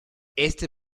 este